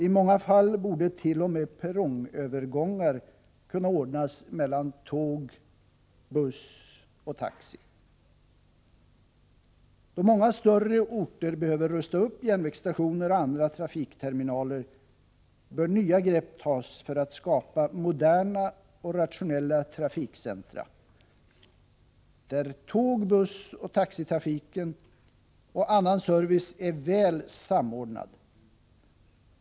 I många fall borde t.o.m. perrongövergångar kunna ordnas mellan tåg, buss och taxi. Då många större orter behöver rusta upp järnvägsstationer och andra trafikterminaler, bör nya grepp tas för att skapa moderna och rationella trafikcentra, där tåg-, bussoch taxitrafiken och annan service är väl samordnad.